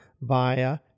via